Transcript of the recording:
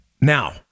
now